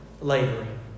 laboring